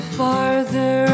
farther